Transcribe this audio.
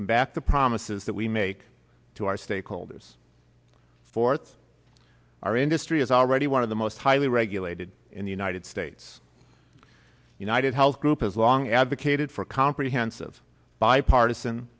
come back the promises that we make to our stakeholders forte's our industry is already one of the most highly regulated in the united states united health group has long advocated for comprehensive bipartisan